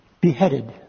beheaded